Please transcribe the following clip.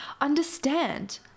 Understand